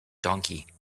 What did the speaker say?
donkey